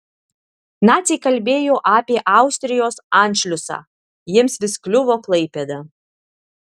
naciai kalbėjo apie austrijos anšliusą jiems vis kliuvo klaipėda